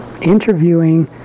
interviewing